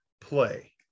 play